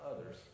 others